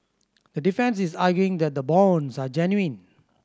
the defence is arguing that the bonds are genuine